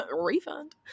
refund